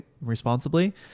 responsibly